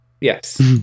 yes